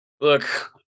Look